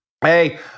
hey